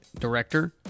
director